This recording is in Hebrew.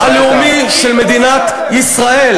בכבוד הלאומי של מדינת ישראל.